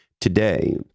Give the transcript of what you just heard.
today